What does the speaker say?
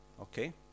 okay